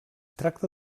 tracta